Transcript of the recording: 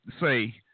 say